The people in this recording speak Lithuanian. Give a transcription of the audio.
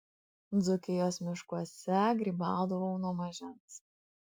dzūkijos miškuose grybaudavau nuo mažens